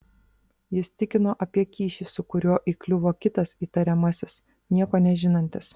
jis tikino apie kyšį su kuriuo įkliuvo kitas įtariamasis nieko nežinantis